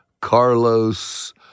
Carlos